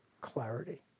clarity